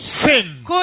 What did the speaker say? sin